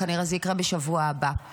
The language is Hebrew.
כנראה זה יקרה בשבוע הבא.